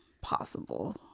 possible